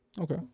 okay